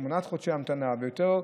שמונה חודשי המתנה ויותר,